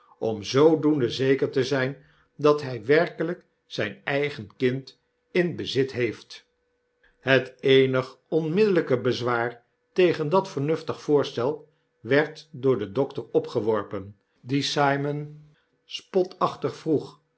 om zoodoende zeker tezyn dathy werkelyk zyn eigen kind in bezit heeft het eenig onmiddellyke bezwaar tegen dat vernuftig voorstel werd door den dokter opgeworpen die simon spotachtig vroeg